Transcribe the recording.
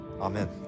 Amen